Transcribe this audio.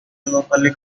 locally